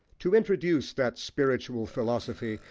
to introduce that spiritual philosophy,